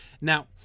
Now